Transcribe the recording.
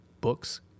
books